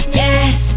yes